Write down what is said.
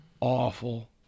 awful